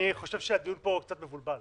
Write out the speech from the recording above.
אני חושב שהדיון פה הוא קצת מבולבל.